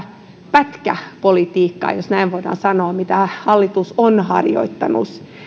pätkäpolitiikkaa jos näin voidaan sanoa mitä hallitus on harjoittanut